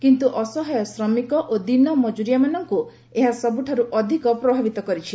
କିନ୍ତୁ ଅସହାୟ ଶ୍ରମିକ ଓ ଦିନମଜୁରିଆମାନଙ୍କୁ ଏହା ସବୁଠାରୁ ଅଧିକ ପ୍ରଭାବିତ କରିଛି